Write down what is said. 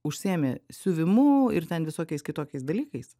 užsiėmė siuvimu ir ten visokiais kitokiais dalykais